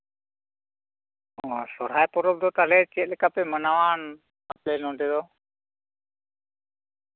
ᱚᱻ ᱥᱚᱨᱦᱟᱭ ᱯᱚᱨᱚᱵᱽ ᱫᱚ ᱛᱟᱦᱞᱮ ᱪᱮᱫ ᱞᱮᱠᱟᱯᱮ ᱢᱟᱱᱟᱣᱟ ᱟᱯᱮ ᱱᱚᱰᱮ ᱫᱚ